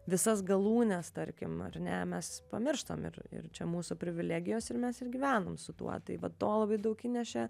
visas galūnes tarkim ar ne mes pamirštam ir ir čia mūsų privilegijos ir mes ir gyvenom su tuo tai vat to labai daug įnešė